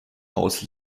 haus